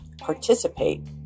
participate